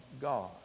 God